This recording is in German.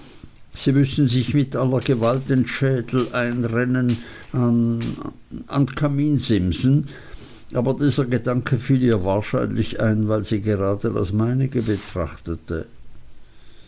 sie müssen sich mit aller gewalt den schädel einrennen an an kaminsimsen dieser gedanke fiel ihr wahrscheinlich ein weil sie gerade das meinige betrachtete